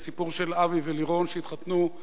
זה סיפור של אבי ולירון, שהתחתנו,